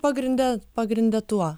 pagrinde pagrinde tuo